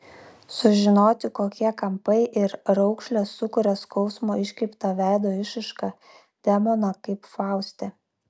sužinoti kokie kampai ir raukšlės sukuria skausmo iškreiptą veido išraišką demoną kaip fauste